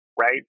right